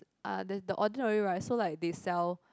uh the the ordinary right so like they sell